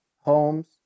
homes